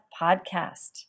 podcast